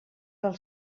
del